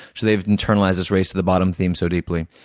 so they've internalized this race to the bottom theme so deeply